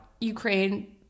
ukraine